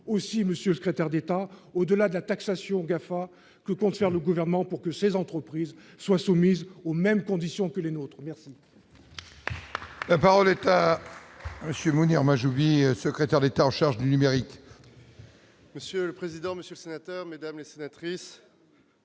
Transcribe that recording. aussi, Monsieur le secrétaire d'État au delà de la taxation gaffe que compte faire le gouvernement pour que ces entreprises soient soumises aux mêmes conditions que les nôtres, merci. La parole est à monsieur Mounir Mahjoubi, secrétaire d'État en charge du numérique. Monsieur le président Monsieur, sénateur mesdames et sénatrice.